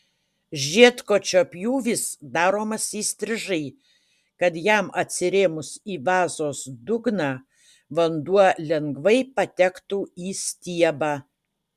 žiedkočio pjūvis daromas įstrižai kad jam atsirėmus į vazos dugną vanduo lengvai patektų į stiebą